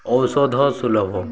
ଔଷଧ ସୁଲଭ